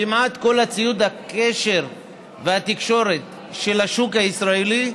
כמעט כל ציוד הקשר והתקשורת של השוק הישראלי,